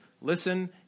listen